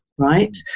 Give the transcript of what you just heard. Right